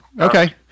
Okay